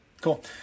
Cool